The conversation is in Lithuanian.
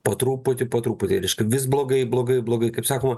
po truputį po truputį vis blogai blogai blogai kaip sakoma